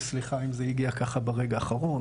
וסליחה אם זה הגיע ככה ברגע האחרון,